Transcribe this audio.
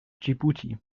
dschibuti